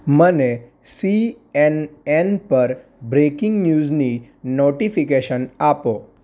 મને C N N પર breaking ન્યૂઝની નોટિફીકેશન આપો